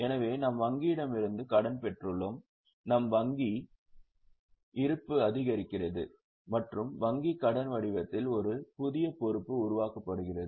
எனவே நாம் வங்கியிடமிருந்து கடன் பெற்றுள்ளோம் நம் வங்கி இருப்பு அதிகரிக்கிறது மற்றும் வங்கி கடன் வடிவத்தில் ஒரு புதிய கடன் பொறுப்பு உருவாக்கப்படுகிறது